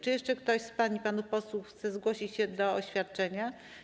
Czy jeszcze ktoś z pań i panów posłów chce zgłosić się do oświadczenia?